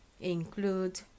Include